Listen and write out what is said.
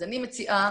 אז אני מציעה